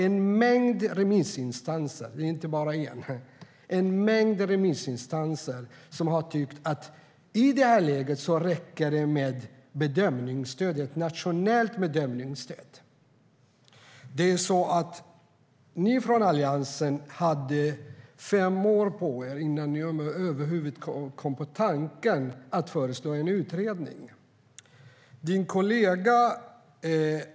En mängd remissinstanser - det är inte bara en - har tyckt att det räcker med ett nationellt bedömningsstöd i det här läget. Ni i Alliansen tog fem år på er innan ni över huvud taget kom på tanken att föreslå en utredning.